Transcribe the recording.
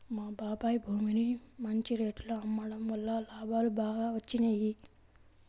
మా బాబాయ్ భూమిని మంచి రేటులో అమ్మడం వల్ల లాభాలు బాగా వచ్చినియ్యి